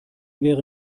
wäre